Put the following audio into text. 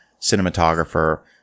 cinematographer